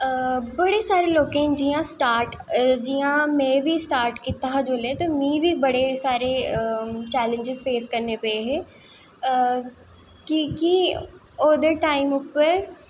बड़े सारें लोकें जि'यां स्टार्ट जि'यां में बी स्टार्ट कीता हा जोल्लै ते में बी बड़े सारे चैलेंज्स फेस करने पे हे क्योंकि ओह्दे टाइम उप्पर